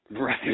Right